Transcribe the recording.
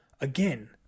again